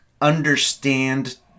understand